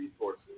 resources